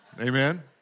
Amen